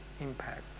impact